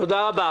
תודה רבה.